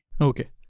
Okay